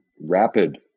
rapid